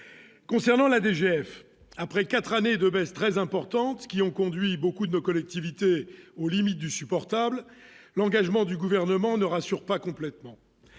concernant la DGF après 4 années de baisse très importante qui ont conduit beaucoup de nos collectivités aux limites du supportable l'engagement du gouvernement ne rassurent pas complètement